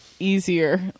Easier